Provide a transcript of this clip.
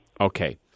Okay